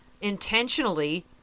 intentionally